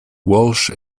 walsh